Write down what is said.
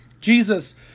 Jesus